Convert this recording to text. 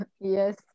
Yes